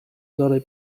dalej